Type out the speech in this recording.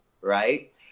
right